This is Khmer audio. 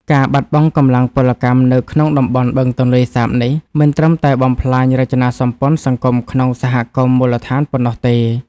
ការបាត់បង់កម្លាំងពលកម្មនៅក្នុងតំបន់បឹងទន្លេសាបនេះ មិនត្រឹមតែបំផ្លាញរចនាសម្ព័ន្ធសង្គមក្នុងសហគមន៍មូលដ្ឋានប៉ុណ្ណោះទេ។